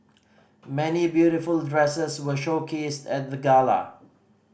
many beautiful dresses were showcased at the gala